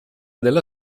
della